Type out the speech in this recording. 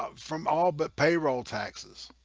ah from all but payroll taxes